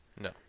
No